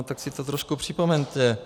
Tak si to trošku připomeňte.